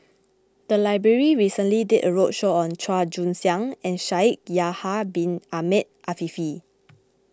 the library recently did a roadshow on Chua Joon Siang and Shaikh Yahya Bin Ahmed Afifi